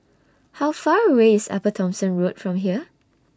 How Far away IS Upper Thomson Road from here